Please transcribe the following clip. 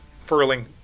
furling